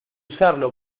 usarlo